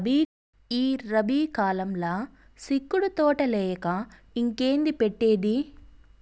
ఈ రబీ కాలంల సిక్కుడు తోటలేయక ఇంకేంది పెట్టేది